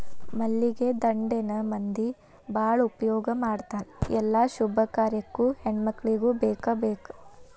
ಮಲ್ಲಿಗೆ ದಂಡೆನ ಮಂದಿ ಬಾಳ ಉಪಯೋಗ ಮಾಡತಾರ ಎಲ್ಲಾ ಶುಭ ಕಾರ್ಯಕ್ಕು ಹೆಣ್ಮಕ್ಕಳಿಗೆ ಬೇಕಬೇಕ